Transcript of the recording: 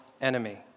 enemy